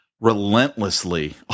relentlessly